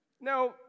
Now